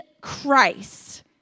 Christ